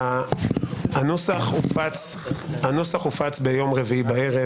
הנוסח הופץ ביום רביעי בערב,